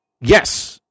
Yes